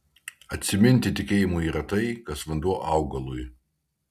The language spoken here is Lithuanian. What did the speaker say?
atsiminti tikėjimui yra tai kas vanduo augalui